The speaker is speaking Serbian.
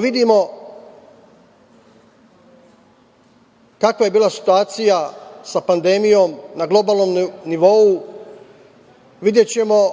vidimo kakva je bila situacija sa pandemijom na globalnom nivou, videćemo